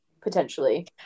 potentially